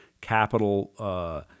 capital